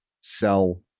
sell